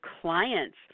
clients